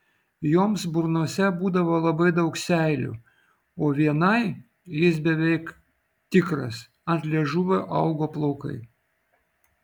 joms burnose būdavo labai daug seilių o vienai jis beveik tikras ant liežuvio augo plaukai